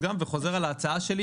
וחוזר על ההצעה שלי,